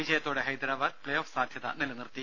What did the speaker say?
വിജയത്തോടെ Hyderabad play off സാധ്യത നിലനിർത്തി